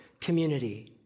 community